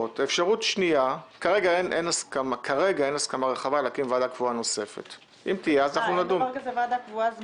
כרגע אין הסכמה רחבה להקים ועדה קבועה נוספת.